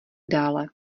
dále